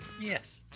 Yes